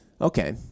Okay